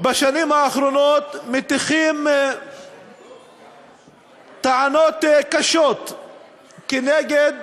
בשנים האחרונות מטיחים טענות קשות נגד